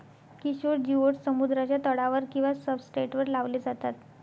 Kishore geoducks समुद्राच्या तळावर किंवा सब्सट्रेटवर लावले जातात